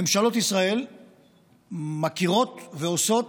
ממשלות ישראל מכירות ועושות,